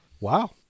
Wow